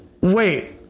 wait